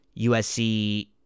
USC